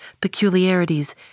peculiarities